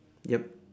yup